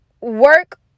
work